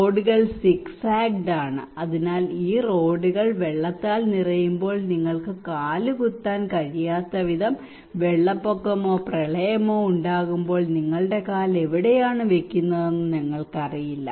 റോഡുകൾ zigzagged ആണ് അതിനാൽ ഈ റോഡുകൾ വെള്ളത്താൽ നിറയുമ്പോൾ നിങ്ങൾക്ക് കാലുകുത്താൻ കഴിയാത്തവിധം വെള്ളപ്പൊക്കമോ പ്രളയങ്ങളോ ഉണ്ടാകുമ്പോൾ നിങ്ങളുടെ കാല് എവിടെയാണ് വയ്ക്കുന്നതെന്ന് ഞങ്ങൾക്ക് അറിയില്ല